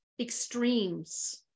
extremes